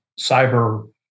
cyber